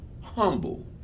humble